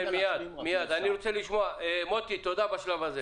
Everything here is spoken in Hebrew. תודה בשלב הזה.